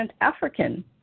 African